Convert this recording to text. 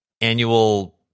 annual